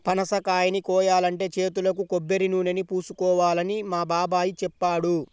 పనసకాయని కోయాలంటే చేతులకు కొబ్బరినూనెని పూసుకోవాలని మా బాబాయ్ చెప్పాడు